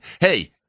Hey